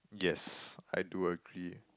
yes I do agree